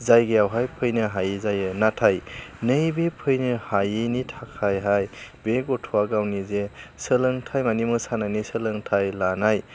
जायगायावहाय फैनो हायै जायो नाथाय नैबे फैनो हायैनि थाखायहाय बे गथ'आ गावनि जे सोलोंथाइ माने माने मोसानायनि सोलोंथाइ लानाय